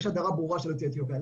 יש הדרה ברורה של יוצאי אתיופיה,